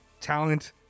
talent